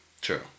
True